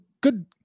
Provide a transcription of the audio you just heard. good